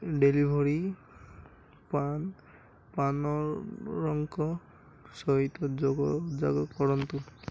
delivery ପାର୍ଟନର୍ଙ୍କ ସହିତ ଯୋଗ ଯୋଗ କରନ୍ତୁ